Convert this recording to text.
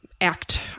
act